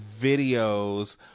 videos